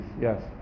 Yes